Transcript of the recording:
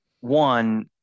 one